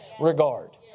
regard